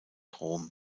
rom